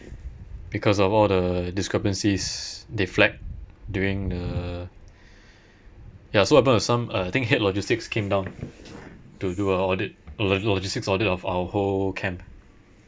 because of all the discrepancies they flagged during the ya so what happened was some uh think head logistics came down to do a audit l~ logistics audit of our whole camp